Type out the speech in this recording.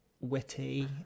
witty